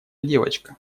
девочка